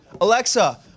Alexa